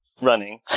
Running